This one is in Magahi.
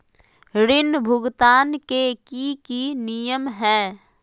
ऋण भुगतान के की की नियम है?